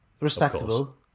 Respectable